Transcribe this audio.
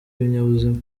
ibinyabuzima